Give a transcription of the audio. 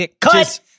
Cut